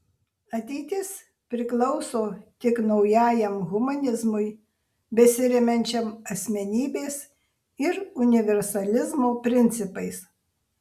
ateitis priklauso tik naujajam humanizmui besiremiančiam asmenybės ir universalizmo principais